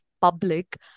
public